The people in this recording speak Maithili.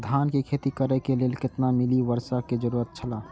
धान के खेती करे के लेल कितना मिली वर्षा के जरूरत छला?